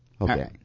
Okay